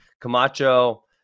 Camacho